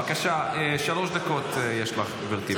בבקשה, שלוש דקות יש לך, גברתי.